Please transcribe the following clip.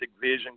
vision